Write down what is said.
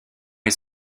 est